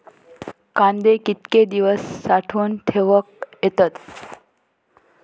कांदे कितके दिवस साठऊन ठेवक येतत?